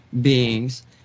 beings